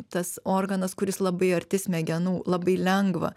tas organas kuris labai arti smegenų labai lengva